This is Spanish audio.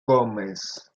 gómez